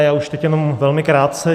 Já už teď jenom velmi krátce.